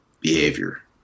behavior